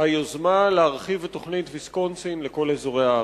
היוזמה להרחיב את תוכנית ויסקונסין לכל אזורי הארץ.